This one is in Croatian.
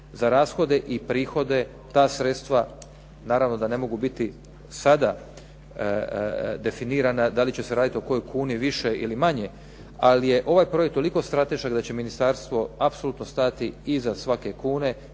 za rashode i prihode ta sredstva naravno da ne mogu biti sada definirana da li će se raditi o kojoj kuni više ili manje. Ali je ovaj projekt toliko stratešak da će ministarstvo apsolutno stajati iza svake kune.